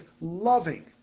loving